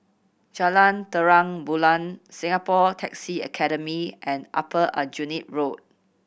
Jalan Terang Bulan Singapore Taxi Academy and Upper Aljunied Road